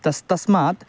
तस् तस्मात्